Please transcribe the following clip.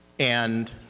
and